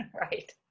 Right